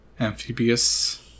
amphibious